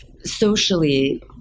socially